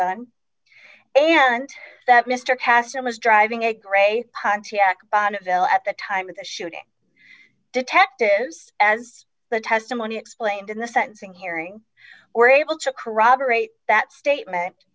gun and that mr cassatt was driving a gray pontiac bonneville at the time of the shooting detectives as the testimony explained in the sentencing hearing or able to corroborate that statement